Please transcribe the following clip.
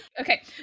Okay